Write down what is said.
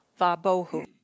vabohu